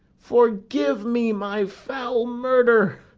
forgive me my foul murder